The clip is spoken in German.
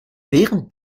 während